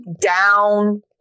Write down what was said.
down